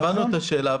הבנו את השאלה.